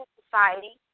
society